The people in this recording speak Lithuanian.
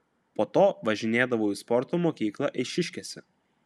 po to važinėdavau į sporto mokyklą eišiškėse